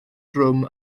drwm